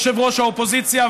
יושב-ראש האופוזיציה,